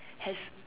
has